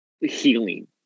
healing